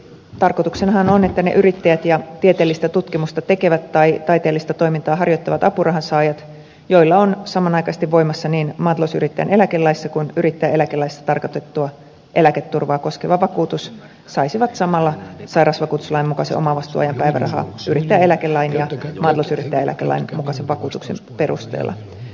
tarkoituksenahan on että ne yrittäjät ja tieteellistä tutkimusta tekevät tai taiteellista toimintaa harjoittavat apurahan saajat joilla on samanaikaisesti voimassa niin maatalousyrittäjän eläkelaissa kuin yrittäjäeläkelaissa tarkoitettua eläketurvaa koskeva vakuutus saisivat samalla sairausvakuutuslain mukaista omavastuuajan päivärahaa yrittäjäeläkelain ja maatalousyrittäjäeläkelain mukaisen vakuutuksen perusteella